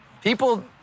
People